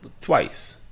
twice